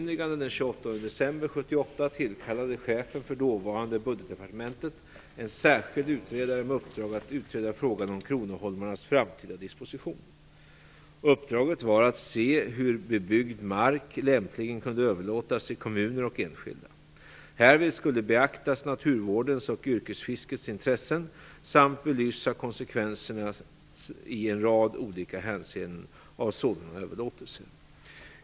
december 1978 tillkallade chefen för dåvarande Budgetdepartementet en särskild utredare med uppdrag att utreda frågan om kronoholmarnas framtida disposition. Uppdraget var att se hur bebyggd mark lämpligen kunde överlåtas till kommuner och enskilda. Härvid skulle beaktas naturvårdens och yrkesfiskets intressen samt belysas konsekvenserna i en rad olika hänseenden av sådana överlåtelser.